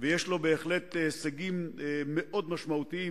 ויש לו הישגים מאוד משמעותיים.